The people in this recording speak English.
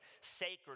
sacred